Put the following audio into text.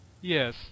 Yes